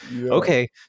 Okay